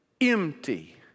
empty